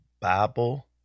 Bible